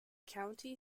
county